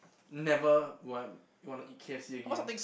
never would I want to eat K_F_C again